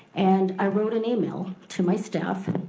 and i wrote an email to my staff,